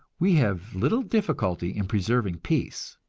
we have little difficulty in preserving peace.